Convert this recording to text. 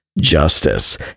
justice